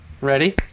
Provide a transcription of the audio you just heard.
Ready